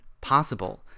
possible